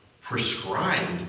prescribed